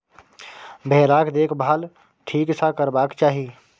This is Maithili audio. भेराक देखभाल ठीक सँ करबाक चाही